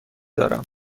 دارم